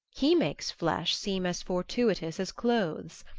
he makes flesh seem as fortuitous as clothes.